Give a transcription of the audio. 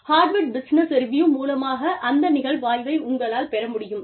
Harvard business review மூலமாக அந்த நிகழ்வாய்வை உங்களால் பெற முடியும்